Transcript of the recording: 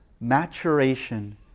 maturation